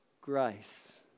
grace